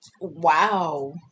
Wow